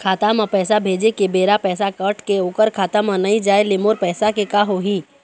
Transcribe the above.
खाता म पैसा भेजे के बेरा पैसा कट के ओकर खाता म नई जाय ले मोर पैसा के का होही?